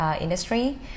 industry